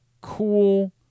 cool